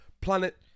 planet